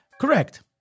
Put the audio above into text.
correct